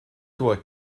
toi